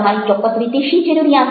તમારી ચોક્કસ રીતે શી જરૂરિયાત છે